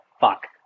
Fuck